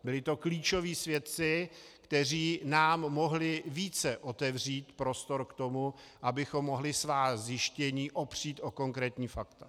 Byli to klíčoví svědci, kteří nám mohli více otevřít prostor k tomu, abychom mohli svá zjištění opřít o konkrétní fakta.